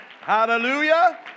hallelujah